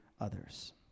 others